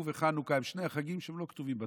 הוא וחנוכה הם שני החגים שלא כתובים בתורה.